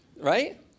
right